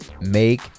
Make